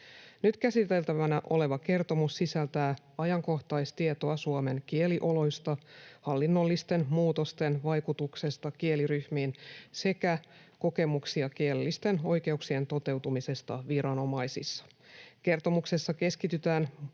Nyt käsiteltävänä oleva kertomus sisältää ajankohtaistietoa Suomen kielioloista, hallinnollisten muutosten vaikutuksesta kieliryhmiin sekä kokemuksia kielellisten oikeuksien toteutumisesta viranomaisissa. Kertomuksessa keskitytään